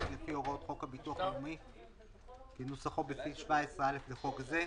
לפי הוראות חוק הביטוח הלאומי כנוסחו בסעיף 17א לחוק זה.